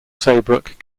saybrook